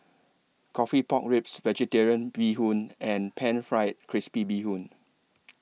Coffee Pork Ribs Vegetarian Bee Hoon and Pan Fried Crispy Bee Hoon